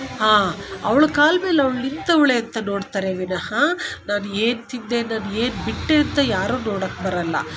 ಹಾಂ ಅವ್ಳ ಕಾಲ ಮೇಲೆ ಅವ್ಳು ನಿಂತವಳೆ ಅಂತ ನೋಡ್ತಾರೆ ವಿನಃ ನಾನು ಏನು ತಿಂದೆ ನಾನು ಏನು ಬಿಟ್ಟೆ ಅಂತ ಯಾರೂ ನೋಡಕ್ಕೆ ಬರಲ್ಲ